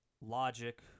logic